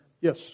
Yes